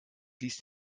ließ